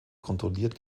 kontrolliert